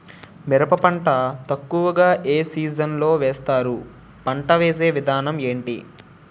మిరప పంట ఎక్కువుగా ఏ సీజన్ లో వేస్తారు? పంట వేసే విధానం ఎంటి?